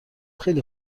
خیلی